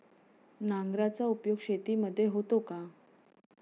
नांगराचा उपयोग शेतीमध्ये होतो का?